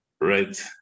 Right